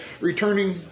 returning